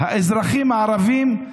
האזרחים הערבים.